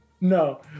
No